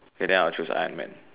okay then I will choose Iron Man